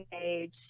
age